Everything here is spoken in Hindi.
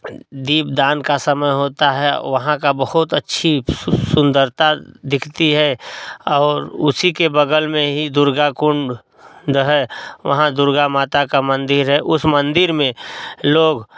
दीपदान का समय होता है वहाँ का बहुत अच्छी सुंदरता दिखती है और उसी के बगल में हीं दुर्गा कुंड है वहाँ दुर्गा माता का मंदिर है उस मंदिर में लोग